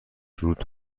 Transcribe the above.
رود